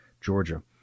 Georgia